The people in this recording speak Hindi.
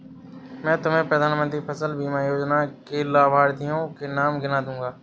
मैं तुम्हें प्रधानमंत्री फसल बीमा योजना के लाभार्थियों के नाम गिना दूँगा